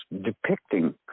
depicting